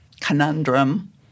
conundrum